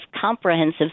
comprehensive